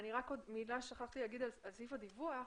אני רק אוסיף מילה על סעיף הדיווח,